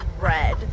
red